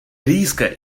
риска